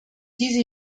diese